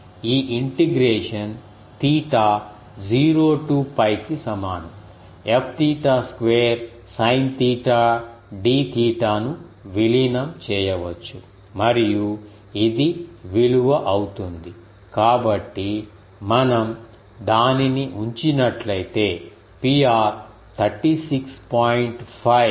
ఈ integration theta 0 two 𝜋 కి సమానం Fθ square sine theta d తీటాను విలీనం చేయవచ్చు మరియు ఇది విలువ అవుతుంది కాబట్టి మనం దానిని ఉంచినట్లయితే Pr 36